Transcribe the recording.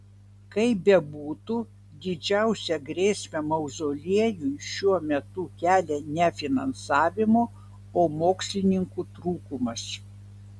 kaip bebūtų didžiausią grėsmę mauzoliejui šiuo metu kelia ne finansavimo o mokslininkų trūkumas